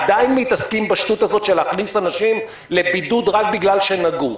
עדיין מתעסקים בשטות הזאת של הכנסת אנשים לבידוד רק בגלל שנגעו.